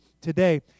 today